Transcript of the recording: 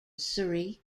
surrey